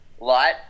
light